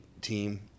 team